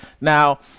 now